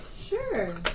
Sure